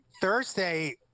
Thursday